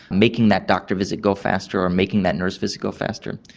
making that doctor visit go faster or making that nurse visit go faster.